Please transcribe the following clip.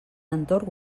entorn